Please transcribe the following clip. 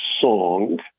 song